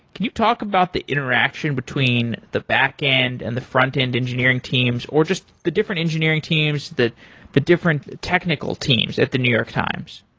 can you talk about the interaction between the back-end and the front-end engineering teams or just the different engineering teams that the different technical teams at the new york times?